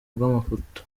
bw’amafoto